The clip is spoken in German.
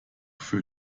für